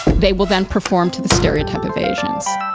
they will then perform to the stereotype of asians.